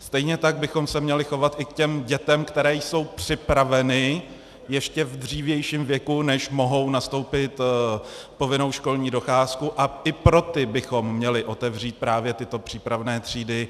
Stejně tak bychom se měli chovat i k těm dětem v ještě dřívějším věku, než mohou nastoupit povinnou školní docházku, a i pro ty bychom měli otevřít právě tyto přípravné třídy.